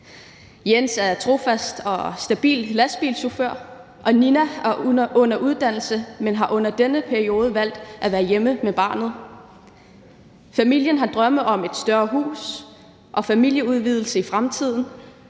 Jens er en trofast og stabil lastbilchauffør, og Nina er under uddannelse, men har i denne periode valgt at være hjemme med barnet. Familien har drømme om et større hus og en familieudvidelse ude i fremtiden,